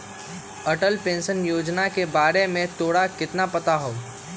Atal pension Yojana के बारे में तोरा कितना पता हाउ?